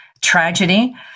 tragedy